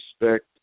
respect